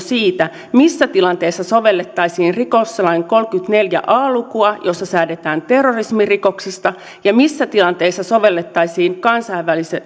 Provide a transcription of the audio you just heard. siitä missä tilanteessa sovellettaisiin rikoslain lukua kolmekymmentäneljä a jossa säädetään terrorismirikoksista ja missä tilanteissa sovellettaisiin